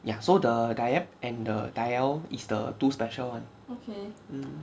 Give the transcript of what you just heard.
ya so the diet and the diel is the two special [one] mm